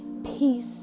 peace